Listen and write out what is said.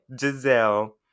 Giselle